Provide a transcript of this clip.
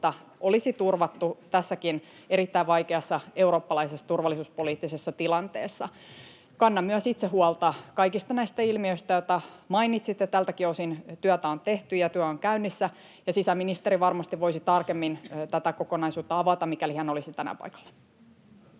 olisi turvattu tässäkin erittäin vaikeassa eurooppalaisessa turvallisuuspoliittisessa tilanteessa. Kannan myös itse huolta kaikista näistä ilmiöistä, joita mainitsitte. Tältäkin osin työtä on tehty ja työ on käynnissä, ja sisäministeri varmasti voisi tarkemmin tätä kokonaisuutta avata, mikäli hän olisi tänään paikalla.